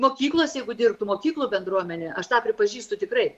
mokyklose dirbtų mokyklų bendruomenė aš tą pripažįstu tikrai